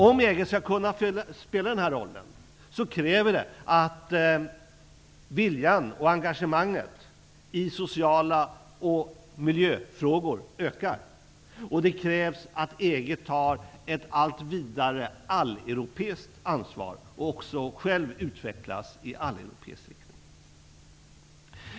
Om EG skall kunna spela den här rollen kräver det att viljan och engagemanget i sociala frågor och miljöfrågor ökar, och det krävs att EG tar ett allt vidare alleuropeiskt ansvar och även själv utvecklas i alleuropeisk riktning.